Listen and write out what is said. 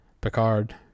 Picard